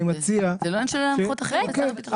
מציע --- זה לא עניין של להנחות אחרת את שר הביטחון.